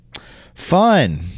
Fun